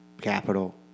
capital